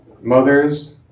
mothers